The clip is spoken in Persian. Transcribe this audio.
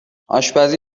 آشپزی